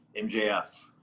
MJF